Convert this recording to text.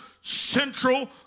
central